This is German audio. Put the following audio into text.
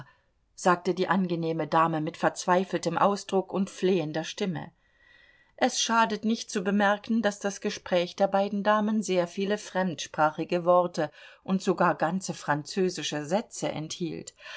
sagte die angenehme dame mit verzweifeltem ausdruck und flehender stimme es schadet nicht zu bemerken daß das gespräch der beiden damen sehr viele fremdsprachige worte und sogar ganze französische sätze enthielt